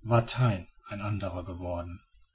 war tyn ein anderer geworden